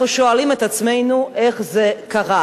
אנחנו שואלים את עצמנו: איך זה קרה?